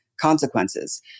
consequences